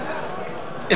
לא נתקבלה.